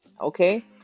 Okay